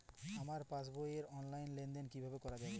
আমার পাসবই র অনলাইন লেনদেন কিভাবে করা যাবে?